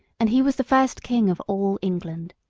and he was the first king of all england.